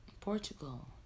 Portugal